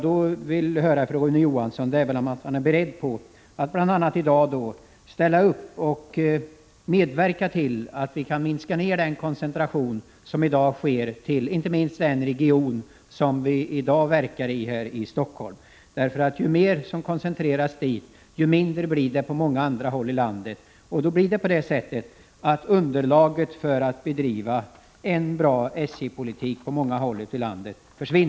Då vill jag höra från Rune Johansson att han är beredd att bl.a. i dag ställa upp och medverka till att vi kan minska den koncentration som i dag sker till den region som vi i dag verkar i, här i Stockholm. Ju mer som koncentreras hit, ju mindre blir det på många andra håll i landet. Och då försvinner underlaget för att bedriva en bra SJ-politik på många håll ute i landet.